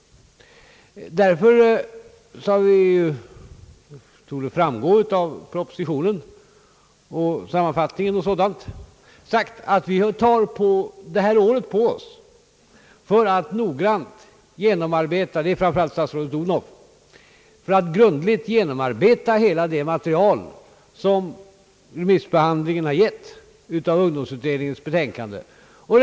Vi har alltså sagt oss, som torde framgå av propositionen, sammanfattningen etc., att det är bättre att vi tar ett år på oss för att grundligt genomarbeta — det är framför allt statsrådet Odhnoff som har den uppgiften — hela det material remissbehandlingen av ungdomsutredningens betänkande gett.